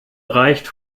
reicht